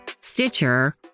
Stitcher